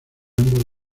ambos